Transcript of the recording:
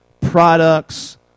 products